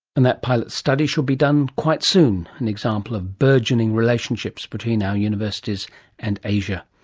and that pilot study should be done quite soon, an example of burgeoning relationships between our universities and asia.